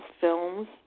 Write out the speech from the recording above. films